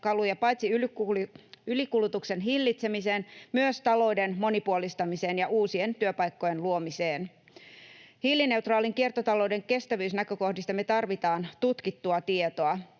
paitsi ylikulutuksen hillitsemiseen myös talouden monipuolistamiseen ja uusien työpaikkojen luomiseen. Hiilineutraalin kiertotalouden kestävyysnäkökohdista me tarvitaan tutkittua tietoa.